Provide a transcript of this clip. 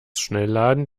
schnellladen